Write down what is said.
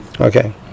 Okay